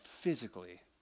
physically